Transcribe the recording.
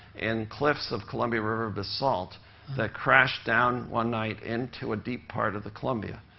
in cliffs of columbia river basalt that crashed down one night into a deep part of the columbia.